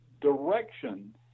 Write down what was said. direction